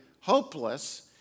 hopeless